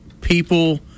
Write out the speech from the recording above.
people